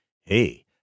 Hey